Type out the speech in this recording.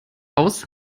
aus